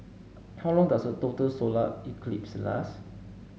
how long does a total solar eclipse last